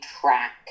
track